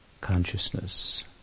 consciousness